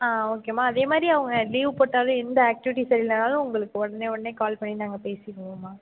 ஓகேமா அதே மாதிரி அவங்க லீவ் போட்டாலும் எந்த ஆக்டிவிட்டீஸ் இருந்தாலும் உங்களுக்கு உடனே உடனே கால் பண்ணி நாங்கள் பேசிவிடுவோம்மா